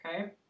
Okay